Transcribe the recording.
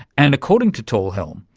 and according to talhelm,